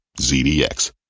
ZDX